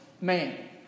man